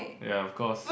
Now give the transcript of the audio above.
ya of course